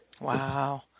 Wow